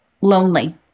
lonely